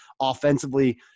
offensively